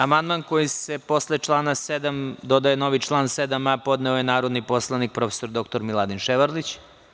Amandman kojim se posle član 7. dodaje novi člana 7a, podneo je narodni poslanik prof. dr Miladin Ševarlić.